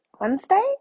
Wednesday